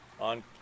on